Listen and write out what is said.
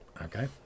Okay